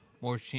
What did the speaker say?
more